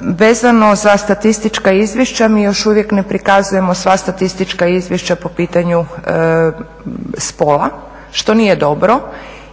vezano za statistička izvješća. Mi još uvijek ne prikazujemo sva statistička izvješća po pitanju spola što nije dobro,